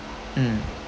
mm